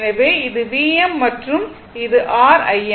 எனவே இது Vm மற்றும் இது r Im